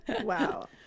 wow